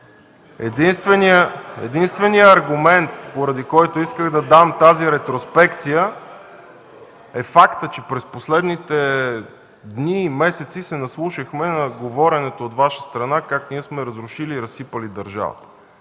Единственият аргумент, поради който исках да дам тази ретроспекция, е фактът, че през последните дни и месеци се наслушахме на говоренето от Ваша страна как ние сме разрушили и разсипали държавата